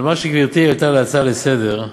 על מה שגברתי העלתה בהצעה לסדר-היום,